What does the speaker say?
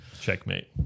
checkmate